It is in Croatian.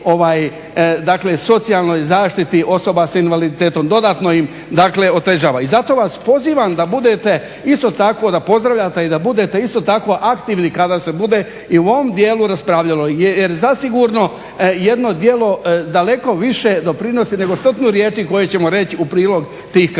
socijalnoj zaštiti osoba s invaliditetom, dodatno im dakle otežava. I zato vas pozivam da budete isto tako da pozdravljate i da budete isto tako aktivni kada se bude i u ovom dijelu raspravljalo jer zasigurno jedno djelo daleko više doprinosi nego stotinu riječi koje ćemo reći u prilog tih kategorija.